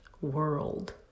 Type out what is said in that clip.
world